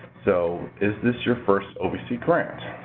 so, is this your first ovc grant?